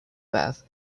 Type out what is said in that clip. bath